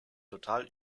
total